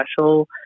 Special